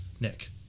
Nick